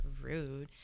rude